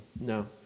No